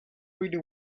pretty